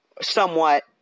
somewhat